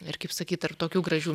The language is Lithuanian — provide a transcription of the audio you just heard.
ir kaip sakyt tarp tokių gražių